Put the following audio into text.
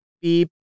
beep